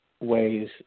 ways